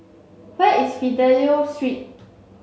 where is Fidelio Street